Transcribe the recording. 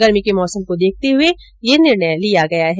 गर्मी के मौसम को देखते हुए यह निर्णय लिया गया है